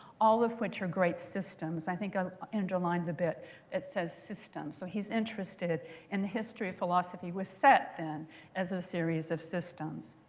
all of which are great systems. i think ah i underlined the bit that says system. so he's interested in the history of philosophy was set then as a series of systems.